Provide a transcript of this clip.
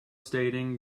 stating